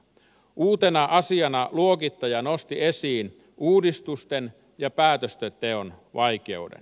uutena asiana luokittaja nosti esiin uudistusten ja päätösten teon vaikeudet